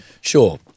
Sure